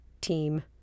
team